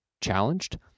challenged